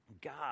God